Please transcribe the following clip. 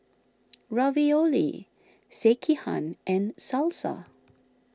Ravioli Sekihan and Salsa